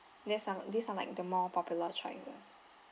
these are like these are like the more popular triangle